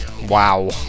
Wow